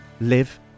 live